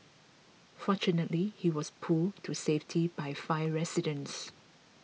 fortunately he was pulled to safety by five residents